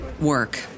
work